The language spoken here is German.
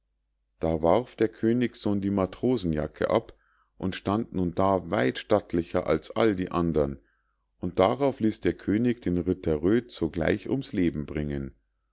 da warf der königssohn die matrosenjacke ab und stand nun da weit stattlicher als alle die andern und darauf ließ der könig den ritter röd sogleich ums leben bringen